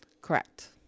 Correct